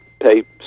pay